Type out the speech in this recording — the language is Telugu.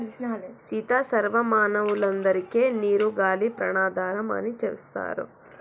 సీత సర్వ మానవులందరికే నీరు గాలి ప్రాణాధారం అని సెప్తారు